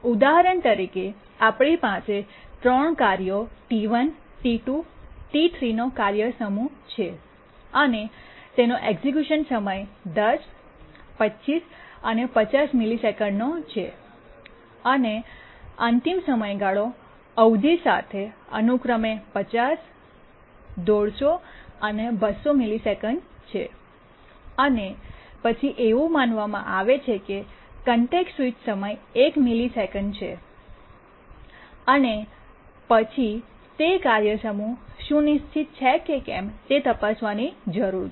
ઉદાહરણ તરીકે આપણી પાસે 3 કાર્યો T1 T T2 T T3 T નો કાર્ય સમૂહ છે અને તેનો એક્ઝેક્યુશન સમય 10 25 અને 50 મિલિસેકન્ડનો છે અને અંતિમ સમયગાળો અવધિ સાથે અનુક્રમે 50 150 અને 200 મિલિસેકન્ડ છે અને પછી એવું માનવામાં આવે છે કે કોન્ટેક્સ્ટ સ્વિચ સમય 1 મિલિસેકન્ડ છે અને પછી તે કાર્ય સમૂહ સુનિશ્ચિત છે કે કેમ તે તપાસવાની જરૂર છે